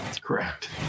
correct